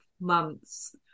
months